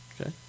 Okay